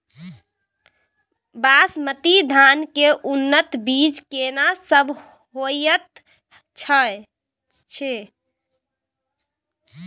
बासमती धान के उन्नत बीज केना सब होयत छै?